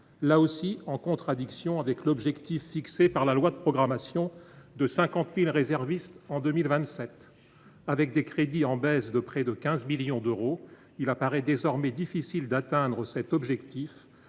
là aussi en contradiction avec l’objectif, fixé par la loi de programmation, de 50 000 réservistes en 2027. Avec des crédits en baisse de près de 15 millions d’euros, il apparaît désormais difficile d’atteindre cet objectif,